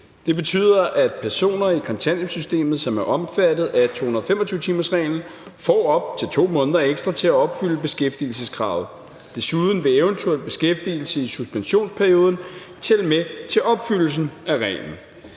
Det betyder, at personer i kontanthjælpssystemet, som er omfattet af 225-timersreglen, får op til 2 måneder ekstra til at opfylde beskæftigelseskravet. Desuden vil eventuel beskæftigelse i suspensionsperioden tælle med til opfyldelsen af reglen.